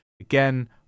again